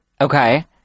okay